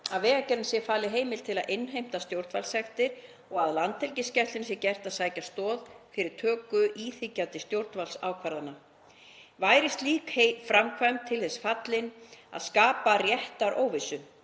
að Vegagerðinni sé falin heimild til að innheimta stjórnvaldssektir og að Landhelgisgæslunni sé gert að sækja stoð fyrir töku íþyngjandi stjórnvaldsákvarðana. Væri slík framkvæmd til þess fallin að skapa réttaróvissu.